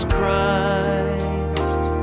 Christ